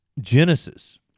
Genesis